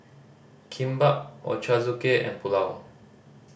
Kimbap Ochazuke and Pulao